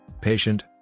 patient